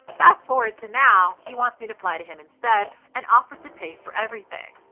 fast forward to now, he wants me to fly to him instead, and offered to pay for everything.